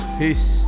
peace